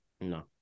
No